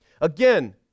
Again